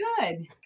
good